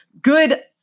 good